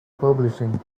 publishing